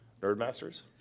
Nerdmasters